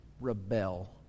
rebel